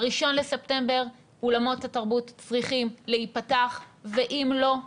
ב-1 בספטמבר אולמות התרבות צריכים להיפתח ואם לא,